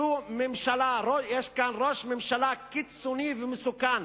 יש כאן ראש ממשלה קיצוני ומסוכן.